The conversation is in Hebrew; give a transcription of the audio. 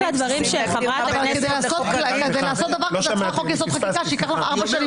זה לעשות חוק יסוד: חקיקה שייקח לך ארבע שנים